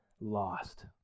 lost